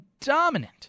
dominant